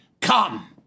come